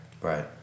Right